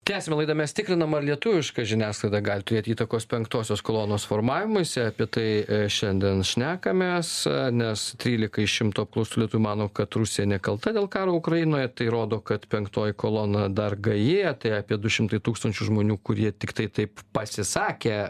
tęsiame laidą mes tikrinam ar lietuviška žiniasklaida gali turėti įtakos penktosios kolonos formavimuisi apie tai šiandien šnekamės nes trylika iš šimto apklaustų lietuvių mano kad rusija nekalta dėl karo ukrainoje tai rodo kad penktoji kolona dar gaji tai apie du šimtai tūkstančių žmonių kurie tiktai taip pasisakė